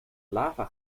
lava